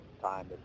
time